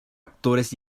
actores